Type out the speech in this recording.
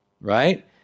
Right